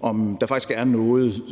om der faktisk er noget,